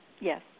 Yes